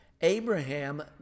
Abraham